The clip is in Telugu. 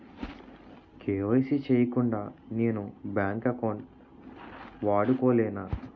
కే.వై.సీ చేయకుండా నేను బ్యాంక్ అకౌంట్ వాడుకొలేన?